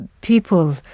people